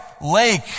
lake